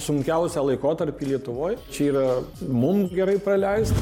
sunkiausią laikotarpį lietuvoj čia yra mum gerai praleist